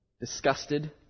disgusted